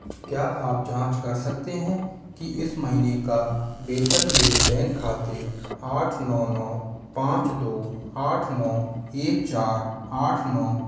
क्या आप जाँच कर सकते हैं कि इस महीने का वेतन मेरे बैंक खाते आठ नौ नौ पाँच दो आठ नौ एक चार आठ नौ